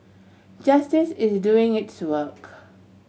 justice is doing its work